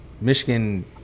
michigan